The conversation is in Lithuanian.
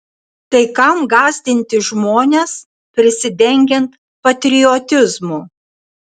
tai kam gąsdinti žmones prisidengiant patriotizmu